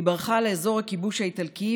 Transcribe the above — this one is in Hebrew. והיא ברחה לאזור הכיבוש האיטלקי.